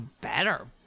better